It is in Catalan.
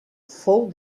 fou